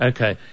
Okay